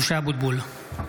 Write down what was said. משה אבוטבול,